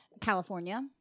California